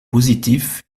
positif